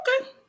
Okay